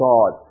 God